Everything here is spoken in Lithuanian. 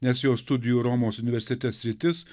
nes jo studijų romos universitete sritis